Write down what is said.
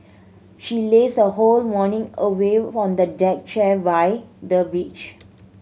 she lazed her whole morning away who on the deck chair by the beach